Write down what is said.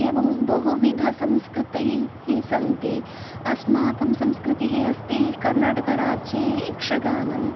एवं बहुविधसंस्कृतिः हि सन्ति अस्माकं संस्कृतिः अस्ति कर्नाटकराज्ये यक्षगानम्